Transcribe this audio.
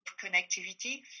connectivity